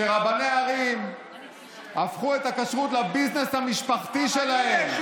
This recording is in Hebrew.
רבני ערים הפכו את הכשרות לביזנס המשפחתי שלהם,